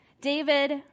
David